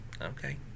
Okay